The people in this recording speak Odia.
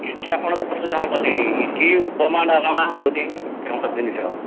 କିଛି ଆପଣଙ୍କୁ ଅସୁବିଧା ହବନି ଏଠି ଉପମା ଡାଲମା ପୁରୀ ଫେମସ୍ ଜିନିଷ